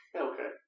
Okay